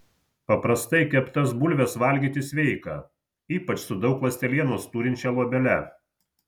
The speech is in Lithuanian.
paprastai keptas bulves valgyti sveika ypač su daug ląstelienos turinčia luobele